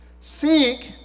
seek